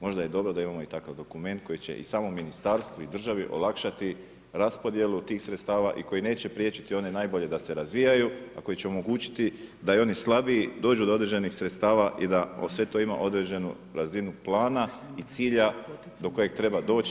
Možda je dobro da imamo i takav dokument koji će i samom ministarstvu, i državi olakšati raspodjelu tih sredstava i koji neće priječiti one najbolje da se razvijaju, a koji će omogućiti da i oni slabiju dođu do određenih sredstava i da sve to ima određenu razinu plana i cilja do kojeg treba doći.